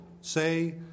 say